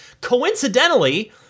Coincidentally